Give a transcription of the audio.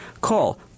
Call